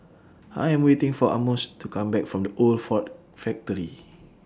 I Am waiting For Amos to Come Back from The Old Ford Factory